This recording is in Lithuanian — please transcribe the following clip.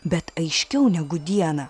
bet aiškiau negu dieną